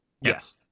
yes